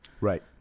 right